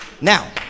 Now